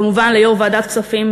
וכמובן ליושב-ראש ועדת הכספים,